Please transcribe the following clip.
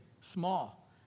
small